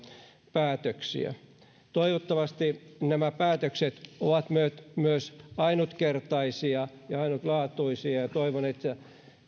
päätöksiä toivottavasti nämä päätökset ovat myös myös ainutkertaisia ja ainutlaatuisia ja ja toivon että